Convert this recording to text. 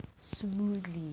smoothly